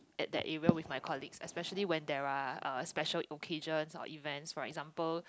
at that area with my colleagues especially when there are uh special occasions or events for example